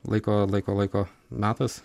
laiko laiko laiko metas